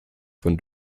von